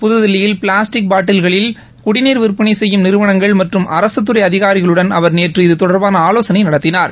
புதுதில்லியில் பிளாஸ்டிக் பாட்டீல்களில் குடிநீர் விற்பனை செய்யும் நிறுவனங்கள் மற்றும் அரகத்துறை அதிகாரிகளுடன் அவர் நேற்று இது தொடர்பாக ஆலோசனை நடத்தினார்